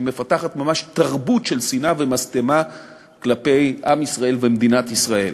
שמפתחת ממש תרבות של שנאה ומשטמה כלפי עם ישראל ומדינת ישראל.